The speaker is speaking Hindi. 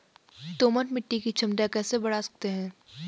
दोमट मिट्टी की क्षमता कैसे बड़ा सकते हैं?